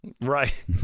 Right